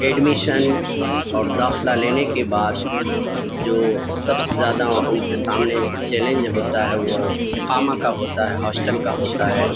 admission اور داخلہ لینے کے بعد جو سب سے زیادہ ان کے سامنے چیلنج ہوتا ہے وہ اقامہ کا ہوتا ہے ہاسٹل کا ہوتا ہے